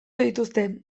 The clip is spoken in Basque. dituzte